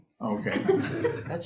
Okay